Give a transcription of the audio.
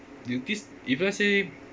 you this if let's say